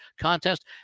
contest